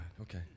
Okay